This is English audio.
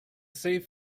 save